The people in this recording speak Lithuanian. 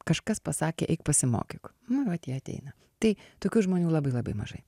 kažkas pasakė eik pasimokyk nu vat jie ateina tai tokių žmonių labai labai mažai